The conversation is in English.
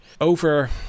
over